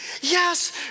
Yes